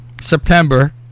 September